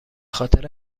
خاطر